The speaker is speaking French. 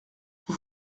vous